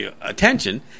attention